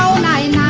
nine